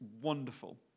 wonderful